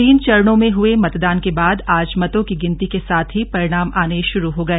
तीन चरणों में हुए मतदान के बाद आज मतों की गिनती के साथ ही परिणाम आने शुरू हो गए